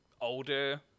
older